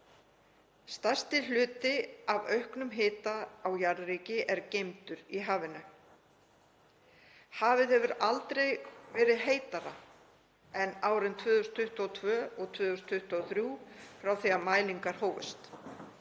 Stærsti hluti af auknum hita á jarðríki er geymdur í hafinu. Hafið hefur aldrei verið heitara en árin 2022 og 2023 frá því mælingar hófust.